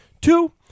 Two